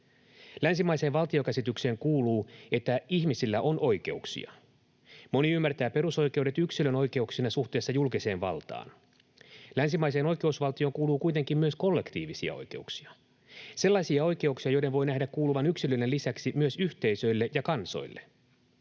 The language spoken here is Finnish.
Länsimaiseen valtiokäsitykseen kuuluu, että ihmisillä on oikeuksia. Moni ymmärtää perusoikeudet yksilön oikeuksina suhteessa julkiseen valtaan. Länsimaiseen oikeusvaltioon kuuluu kuitenkin myös kollektiivisia oikeuksia, sellaisia oikeuksia, joiden voi nähdä kuuluvan yksilöiden lisäksi yhteisöille ja kansoille.